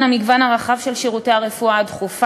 ברשות יושב-ראש הכנסת,